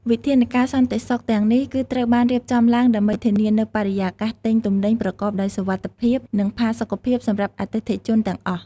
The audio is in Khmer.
វិធានការសន្តិសុខទាំងនេះ គឺត្រូវបានរៀបចំឡើងដើម្បីធានានូវបរិយាកាសទិញទំនិញប្រកបដោយសុវត្ថិភាព និងផាសុកភាពសម្រាប់អតិថិជនទាំងអស់។